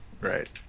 Right